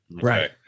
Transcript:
Right